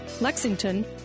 Lexington